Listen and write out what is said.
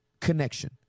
connection